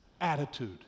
attitude